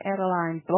Adeline